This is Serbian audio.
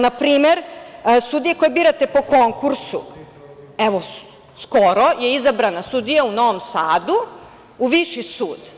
Na primer, sudije koje birate po konkursu, evo skoro je izabrana sudija u Novom Sadu, u Viši sud.